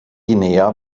guinea